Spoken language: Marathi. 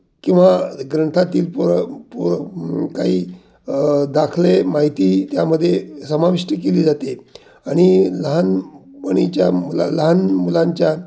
किंवा ग्रंथातील पुरं पुर काही दाखले माहिती त्यामध्ये समाविष्ट केली जाते आणि लहानपणीच्या मुला लहान मुलांच्या